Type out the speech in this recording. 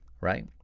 right